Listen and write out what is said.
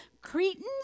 Cretans